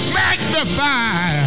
magnify